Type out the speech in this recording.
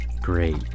Great